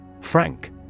Frank